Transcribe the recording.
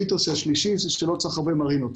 המיתוס השלישי הוא שלא צריך כל כך הרבה מרינות.